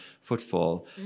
footfall